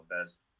best